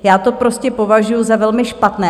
Já to prostě považuji za velmi špatné.